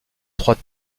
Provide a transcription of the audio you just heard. trois